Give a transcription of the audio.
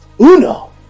Uno